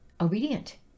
obedient